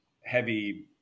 heavy